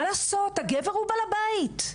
מה לעשות, הגבר הוא בעל הבית.